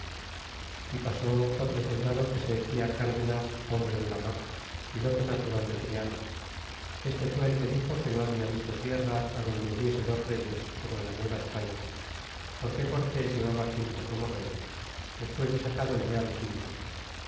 y pasó otro soldado que se decia cárdenas hombre de la mar piloto natural de triana este fue el que dixo que no habia visto tierra adonde hubiese dos reyes como en la nueva españa porque cortés llevaba quinto como rey despues de sacado el real quinto